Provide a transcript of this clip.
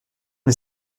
les